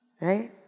right